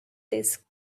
this